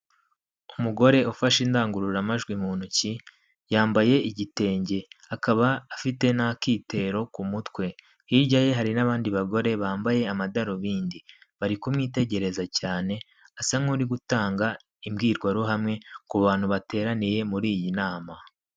Umugore ufashe indangururamajwi mu ntoki yambaye igitenge akaba afite n'akitero ku mutwe, hirya ye hari n'abandi bagore bambaye amadarubindi bari kumwitegereza cyane asa nk'uri gutanga imbwirwaruhame ku bantu bateraniye muri iyi nama.